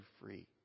free